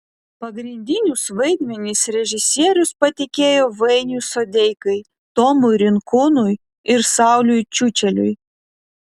pagrindinius vaidmenis režisierius patikėjo vainiui sodeikai tomui rinkūnui ir sauliui čiučeliui